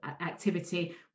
activity